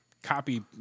Copy